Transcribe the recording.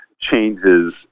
changes